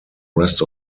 rest